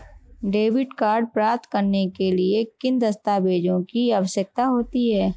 Debit card प्राप्त करने के लिए किन दस्तावेज़ों की आवश्यकता होती है?